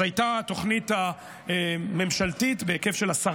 אז הייתה התוכנית הממשלתית בהיקף של 10